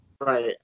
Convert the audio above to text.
right